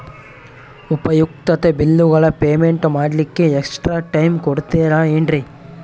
ಉಪಯುಕ್ತತೆ ಬಿಲ್ಲುಗಳ ಪೇಮೆಂಟ್ ಮಾಡ್ಲಿಕ್ಕೆ ಎಕ್ಸ್ಟ್ರಾ ಟೈಮ್ ಕೊಡ್ತೇರಾ ಏನ್ರಿ?